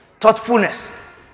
thoughtfulness